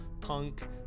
punk